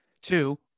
two